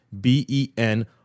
b-e-n